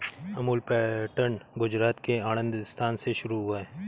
Amul pattern Gujarat के आणंद स्थान से शुरू हुआ है